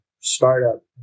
startup